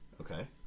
Okay